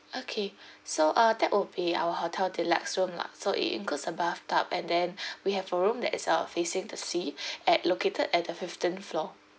okay so uh that will be our hotel deluxe room lah so it includes a bathtub and then we have a room that is uh facing the sea at located at the fifteenth floor